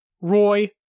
Roy